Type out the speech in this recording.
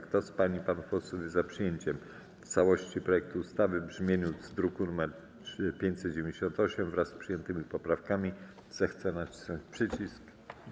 Kto z pań i panów posłów jest za przyjęciem w całości projektu ustawy w brzmieniu z druku nr 598, wraz z przyjętymi poprawkami, zechce nacisnąć przycisk.